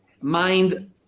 mind